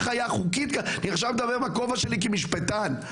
אני מדבר בכובע שלי כמשפטן.